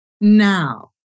Now